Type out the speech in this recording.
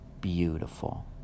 beautiful